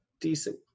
decent